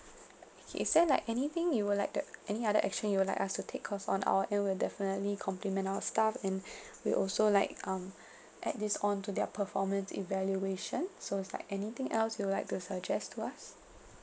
okay is there like anything you will like to any other action you will like us to take off on our end we'll definitely compliment our staff and we also like um add this onto their performance evaluation so is like anything else you'll like to suggest to us